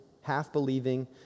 half-believing